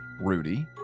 Rudy